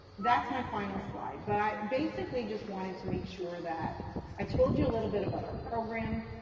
that's my final slide. but i basically just wanted to make sure that i told you a little bit about our program.